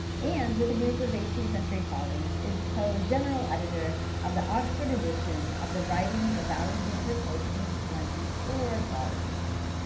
and, with a group of eighteenth century colleagues, is co-general editor of the oxford edition of the writings of alexander pope in twenty four volumes.